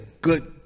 good